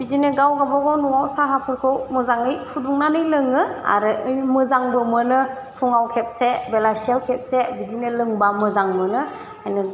बिदिनो गाव गाबागाव न'आव साहाफोरखौ मोजाङै फुदुंनानै लोङो आरो मोजांबो मोनो फुङाव खेबसे बेलासियाव खेबसे बिदिनो लोंबा मोजां मोनो बे